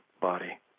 body